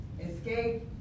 Escape